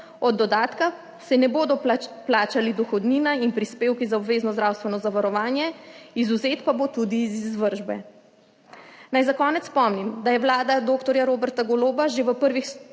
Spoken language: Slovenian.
od dodatka se ne bodo plačali dohodnina in prispevki za obvezno zdravstveno zavarovanje, izvzet pa bo tudi iz izvršbe. Naj za konec spomnim, da je vlada dr. Roberta Goloba že v prvih